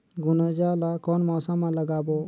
गुनजा ला कोन मौसम मा लगाबो?